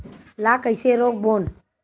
ला कइसे रोक बोन?